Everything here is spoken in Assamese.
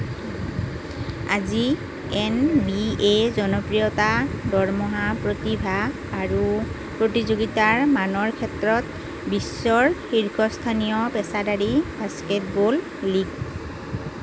আজি এন বি এ জনপ্ৰিয়তা দৰমহা প্ৰতিভা আৰু প্ৰতিযোগিতাৰ মানৰ ক্ষেত্ৰত বিশ্বৰ শীৰ্ষস্থানীয় পেচাদাৰী বাস্কেটবল লীগ